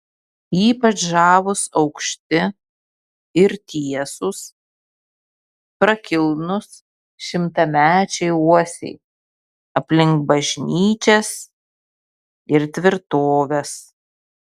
ypač žavūs aukšti ir tiesūs prakilnūs šimtamečiai uosiai aplink bažnyčias ir tvirtoves